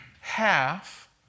Half